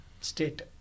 state